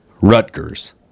Rutgers